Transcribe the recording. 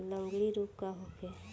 लगंड़ी रोग का होखे?